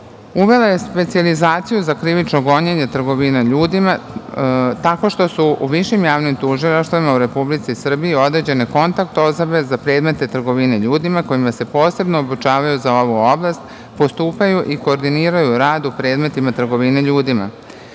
je specijalizaciju za krivično gonjenje trgovine ljudima tako što su u višim javnim tužilaštvima u Republici Srbiji određene kontakt osobe za predmete trgovine ljudima, koji se posebno obučavaju za ovu oblast, postupaju i koordiniraju rad u predmetima trgovine